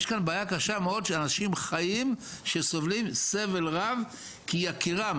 יש כאן בעיה קשה מאוד שאנשים חיים שסובלים סבל רב כי יקירם